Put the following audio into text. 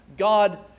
God